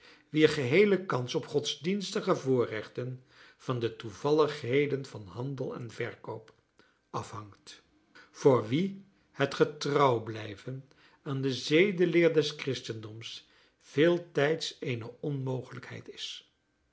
wier geheele kans op godsdienstige voorrechten van de toevalligheden van handel en verkoop afhangt voor wie het getrouw blijven aan de zedenleer des christendoms veeltijds eene onmogelijkheid is